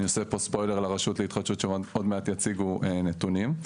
אני עושה פה ספוילר לרשות להתחדשות שעוד מעט יציגו נתונים.